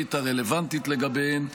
החקיקתית הרלוונטית לגביהן,